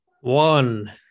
One